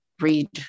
read